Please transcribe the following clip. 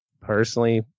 personally